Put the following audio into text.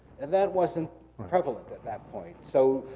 and that wasn't prevalent at that point. so,